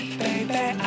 baby